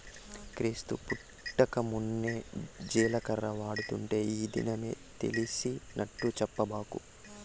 క్రీస్తు పుట్టకమున్నే జీలకర్ర వాడుతుంటే ఈ దినమే తెలిసినట్టు చెప్పబాకు